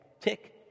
tick